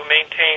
maintain